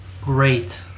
great